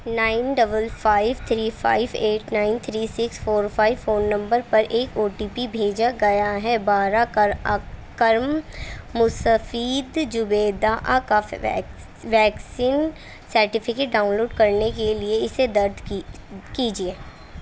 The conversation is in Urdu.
nine double five three five eight nine three six four five phone number پر ایک او ٹی پی بھیجا گیا ہے برہ کر اک کرم مستفید زبیدہ آ کا ویکسین سرٹیفکیٹ ڈاؤن لوڈ کرنے کے لیے اسے درج کی کیجیے